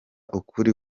ukuri